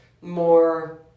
more